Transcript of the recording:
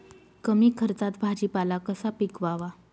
कमी खर्चात भाजीपाला कसा पिकवावा?